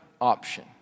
option